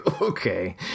Okay